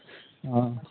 ᱚᱻ